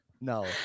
no